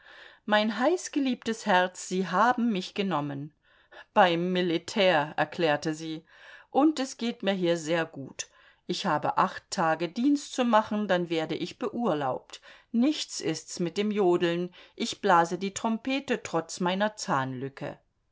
mein heißgeliebtes herz sie haben mich genommen bein militär erklärte sie und es geht mir hier sehr gut ich habe acht tage dienst zu machen dann werde ich beurlaubt nichts ist's mit dem jodeln ich blase die trompete trotz meiner zahnlücke